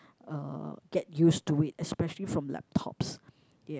uh get used to it especially from laptops ya